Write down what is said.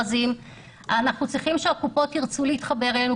אנחנו צריכים שהקופות ירצו להתחבר אלינו.